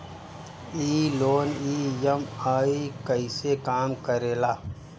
ई loan EMI कईसे काम करेला?